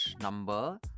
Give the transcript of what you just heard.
number